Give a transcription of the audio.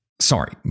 Sorry